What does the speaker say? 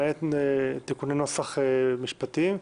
למעט תיקוני נוסח משפטיים,